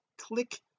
click